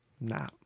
Nah